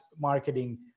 marketing